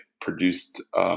produced